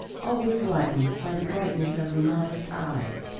always lightened by the brightness of her modest eyes,